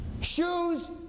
Shoes